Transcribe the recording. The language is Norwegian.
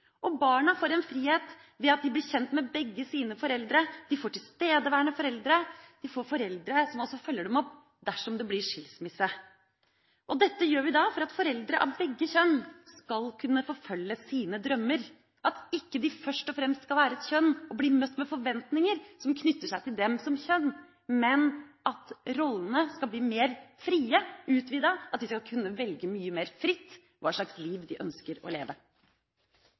Barna får en frihet ved at de blir kjent med begge sine foreldre, de får tilstedeværende foreldre, de får foreldre som også følger dem opp dersom det blir skilsmisse. Dette gjør vi for at foreldre av begge kjønn skal kunne følge sine drømmer, at de ikke først og fremst skal være et kjønn og bli møtt med forventninger som knytter seg til dem som kjønn, men at rollene skal bli mer fri og utvidet, og at de skal kunne velge mye mer fritt hva slags liv de ønsker å leve.